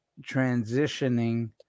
Transitioning